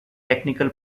technical